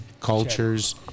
cultures